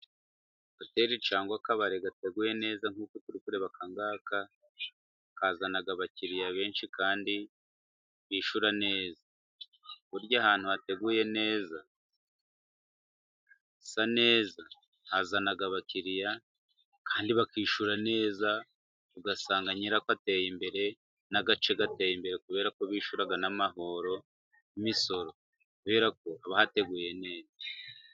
Hoteli cyangwa akabari gateguye neza nkuko turi kureba akangaka, kazana abakiriya benshi kandi bishyura neza, burya ahantu hateguye neza hasa neza hazana abakiriya kandi bakishyura neza, ugasanga nyirako ateye imbere, n'agace gateye imbere kubera ko bishyura n'amahoro n'imisoro kubera ko haba hateguye neza.